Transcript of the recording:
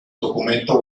documento